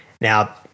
Now